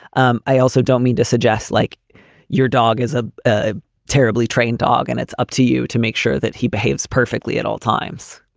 um i also don't mean to suggest like your dog is ah a terribly trained dog and it's up to you to make sure that he behaves perfectly at all times.